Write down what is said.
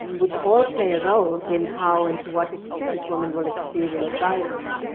which all play a role in how and to what extent women will experience violence.